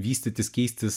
vystytis keistis